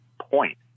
point